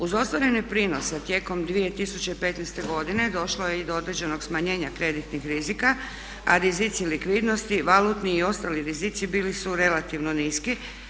Uz ostvareni prinos tijekom 2015. godine došlo je do određenog smanjenja kreditnih rizika, a rizici likvidnosti valutni i ostali rizici bili su relativno niski.